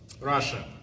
Russia